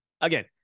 again